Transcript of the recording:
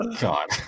God